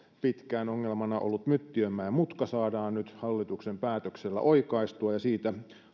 pitkään ongelmana ollut myttiönmäen mutka saadaan nyt hallituksen päätöksellä oikaistua ja siitä